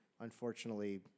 unfortunately